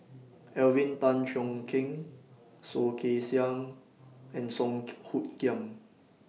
Alvin Tan Cheong Kheng Soh Kay Siang and Song Hoot Kiam